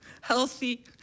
healthy